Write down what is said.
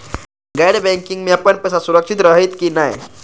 गैर बैकिंग में अपन पैसा सुरक्षित रहैत कि नहिं?